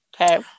Okay